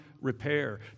repair